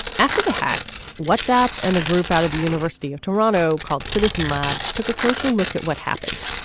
after the hacks whatsapp and a group out of the university of toronto called citizen lab took a closer look at what happened.